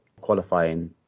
qualifying